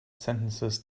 sentences